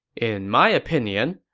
in my opinion,